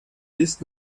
bis